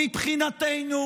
מבחינתנו,